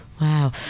Wow